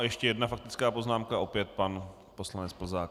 Ještě jedna faktická poznámka, opět pan poslanec Plzák.